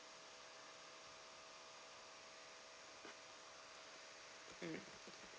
mm